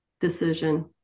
decision